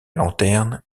lanterne